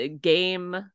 game